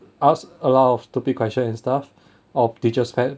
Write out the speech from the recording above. ask a lot of stupid questions and stuff or teacher's pet